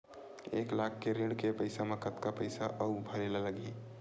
एक लाख के ऋण के पईसा म कतका पईसा आऊ भरे ला लगही?